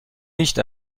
nicht